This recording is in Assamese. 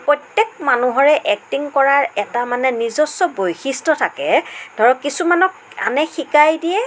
প্ৰত্যেক মানুহৰে এক্টিং কৰাৰ এটা মানে নিজস্ব বৈশিষ্ট্য থাকে ধৰক কিছুমানক আনে শিকাই দিয়ে